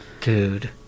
Dude